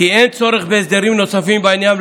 אין צורך בהסדרים נוספים בעניין,